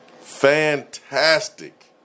fantastic